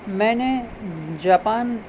میں نے جاپان